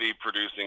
producing